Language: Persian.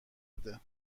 بده